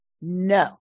No